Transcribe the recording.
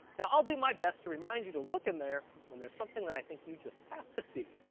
now i'll do my best to remind you to look in there when there's something that i think you just have to see,